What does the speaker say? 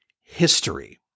history